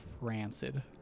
rancid